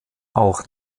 auch